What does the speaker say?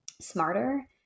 smarter